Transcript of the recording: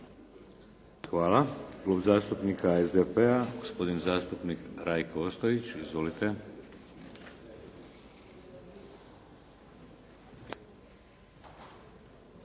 Hvala. Klub zastupnika SDP-a gospodin zastupnik Rajko Ostojić. Izvolite.